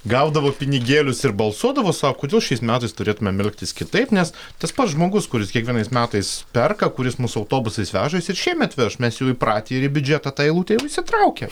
gaudavo pinigėlius ir balsuodavo sau kodėl šiais metais turėtumėm elgtis kitaip nes tas pats žmogus kuris kiekvienais metais perka kuris mus autobusais vežasi ir šiemet veš mes jau įpratę ir į biudžetą ta eilutė jau įsitraukia